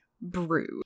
brew